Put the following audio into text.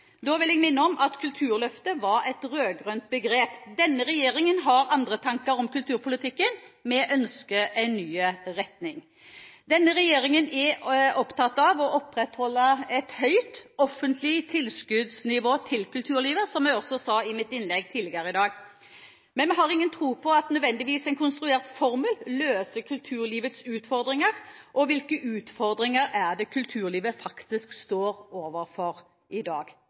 Da vil jeg minne om at Kulturløftet var et rød-grønt begrep. Denne regjeringen har andre tanker om kulturpolitikken. Vi ønsker en ny retning. Denne regjeringen er opptatt av å opprettholde et høyt offentlig tilskuddsnivå til kulturlivet, som jeg også sa i mitt innlegg tidligere i dag, men vi har ingen tro på at en konstruert formel nødvendigvis løser kulturlivets utfordringer. Og hvilke utfordringer er det kulturlivet faktisk står overfor i dag?